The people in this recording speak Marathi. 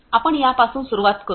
आपण या पासून सुरुवात करू